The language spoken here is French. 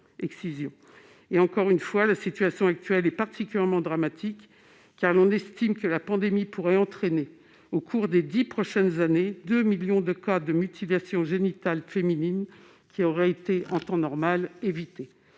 dans certains pays. La situation actuelle est particulièrement dramatique, car l'on estime que la pandémie pourrait entraîner, au cours des dix prochaines années, 2 millions de cas de mutilations génitales féminines qui auraient été évitées en temps normal.